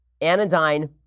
anodyne